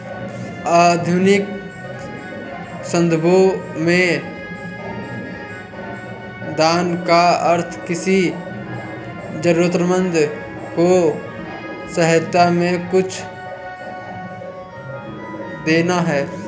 आधुनिक सन्दर्भों में दान का अर्थ किसी जरूरतमन्द को सहायता में कुछ देना है